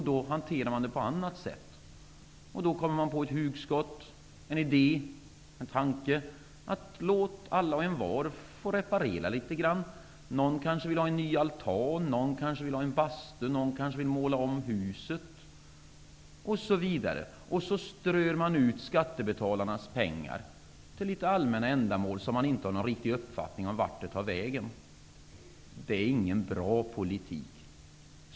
De hanterar problemen på annat sätt. De får ett hugskott, en idé, en tanke: Låt alla och envar få reparera litet grand! Någon kanske vill ha en ny altan, någon kanske vill ha en bastu, någon kanske vill måla om huset osv. De strör ut skattebetalarnas pengar till allmänna ändamål, och de har inte någon riktig uppfattning om vart de tar vägen. Det är ingen bra politik.